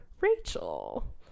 Rachel